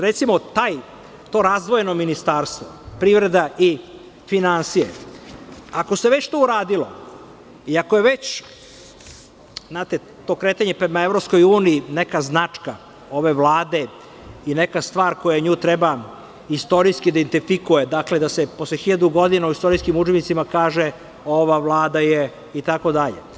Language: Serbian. Recimo, to razdvojeno ministarstvo, privreda i finansije, ako se već to uradilo i ako je već to kretanje prema EU neka značka ove Vlade i neka stvar koja nju treba istorijski da identifikuje, da se posle 1000 godina u istorijskim udžbenicima kaže – ova vlada je, itd.